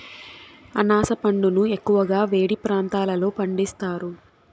అనాస పండును ఎక్కువగా వేడి ప్రాంతాలలో పండిస్తారు